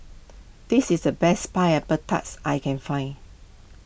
this is the best Pineapple that I can find